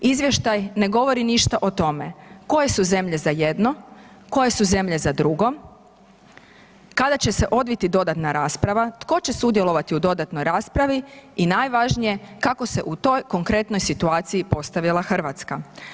Izvještaj ne govori ništa o tome koje su zemlje za jedno, koje su zemlje za drugo, kada će se odviti dodatna rasprava, tko će sudjelovati u dodatnoj raspravi i najvažnije kako se u toj konkretnoj situaciji postavila Hrvatska.